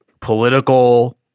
political